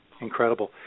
incredible